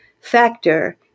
factor